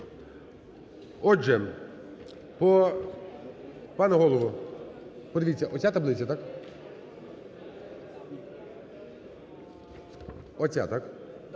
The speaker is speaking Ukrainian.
Отже, пане голово, подивіться, оця таблиця? Оця, так?